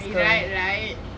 right right